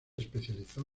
especializó